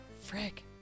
Frick